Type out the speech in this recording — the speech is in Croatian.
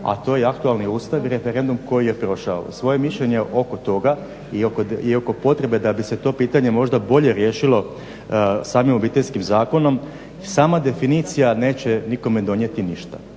a to je aktualni Ustav i referendum koji je prošao. Svoje mišljenje oko toga i oko potrebe da bi se to pitanje možda bolje riješili samim Obiteljskim zakonom sama definicija neće nikome donijeti ništa,